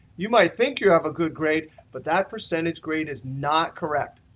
you might think you have a good grade but that percentage grade is not correct.